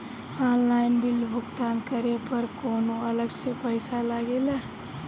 Online bill भुगतान करे पर कौनो अलग से पईसा लगेला?